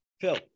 phil